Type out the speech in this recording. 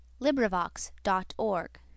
LibriVox.org